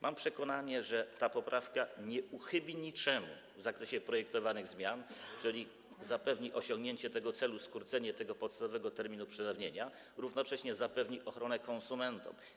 Mam przekonanie, że ta poprawka nie uchybi niczemu w zakresie projektowanych zmian, że zapewni osiągnięcie tego celu, jakim jest skrócenie tego podstawowego terminu przedawnienia, a równocześnie zapewni ochronę konsumentom.